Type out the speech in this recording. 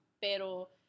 pero